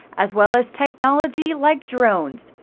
as well as technology like drones.